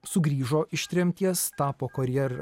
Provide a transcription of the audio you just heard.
sugrįžo iš tremties tapo korjer